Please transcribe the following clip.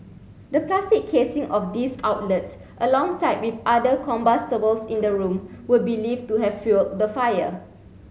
the plastic casing of these outlets alongside with other combustibles in the room were believed to have fuelled the fire